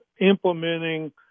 implementing